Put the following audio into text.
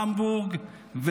המבורג,